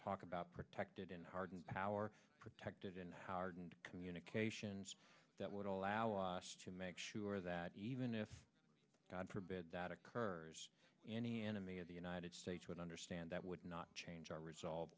talk about protected and hardened power protected in howard and communications that would allow us to make sure that even if god forbid that occurs any enemy of the united states would understand that would not change our resolve